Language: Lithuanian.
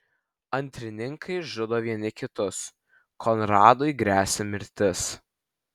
antrininkai žudo vieni kitus konradui gresia mirtis